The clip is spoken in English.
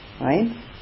Right